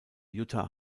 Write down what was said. jutta